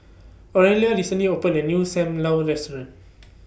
Aurelia recently opened A New SAM Lau Restaurant